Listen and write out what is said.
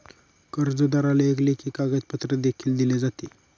कर्जदाराला एक लेखी कागदपत्र देखील दिले जाते